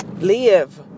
Live